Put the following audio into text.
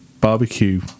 barbecue